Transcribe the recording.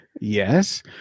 yes